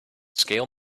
scale